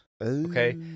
okay